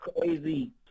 crazy